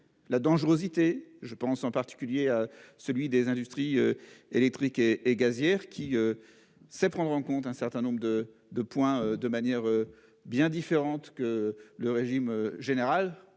la dangerosité. Je pense en particulier à celui des industries électriques et et gazières qui. Sait prendre en compte un certain nombre de de points de manière bien différente que le régime général